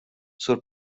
sur